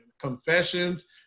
Confessions